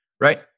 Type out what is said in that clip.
right